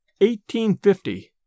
1850